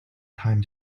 time